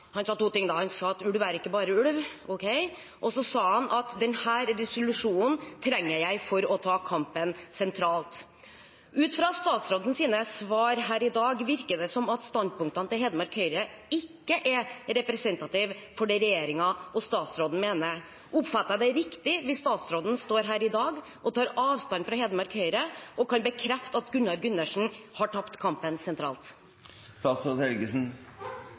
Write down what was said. Han sa: «Ulv er ikke bare ulv» – ok. Og så sa han: «Dette er den resolusjonen jeg trenger for å ta kampen sentralt.» Ut fra statsrådens svar her i dag virker det som om standpunktene til Hedmark Høyre ikke er representative for det regjeringen og statsråden mener. Oppfatter jeg det riktig at statsråden står her i dag og tar avstand fra Hedmark Høyre og kan bekrefte at Gunnar Gundersen har tapt kampen